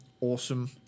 awesome